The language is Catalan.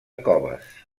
coves